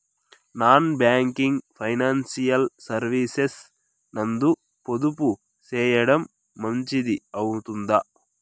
Non banking financial services నందు పొదుపు సేయడం మంచిది అవుతుందా?